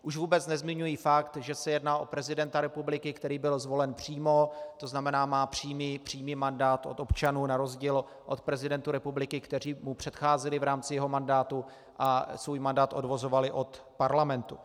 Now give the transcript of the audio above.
Už vůbec nezmiňuji fakt, že se jedná o prezidenta republiky, který byl zvolen přímo, to znamená má přímý mandát od občanů na rozdíl od prezidentů republiky, kteří mu předcházeli v rámci jeho mandátu a svůj mandát odvozovali od Parlamentu.